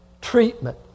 treatment